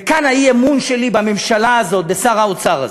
וכאן האי-אמון שלי בממשלה הזאת, בשר האוצר הזה.